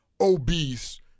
obese